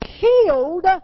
killed